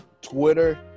Twitter